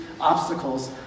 obstacles